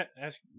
ask